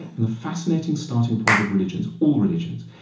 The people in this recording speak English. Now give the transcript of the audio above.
and the fascinating starting point of religions, all religions,